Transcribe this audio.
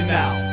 now